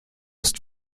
ist